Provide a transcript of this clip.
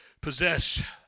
possess